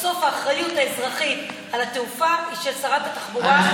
בסוף האחריות האזרחית על התעופה היא של שרת התחבורה.